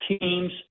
teams